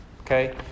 Okay